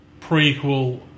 prequel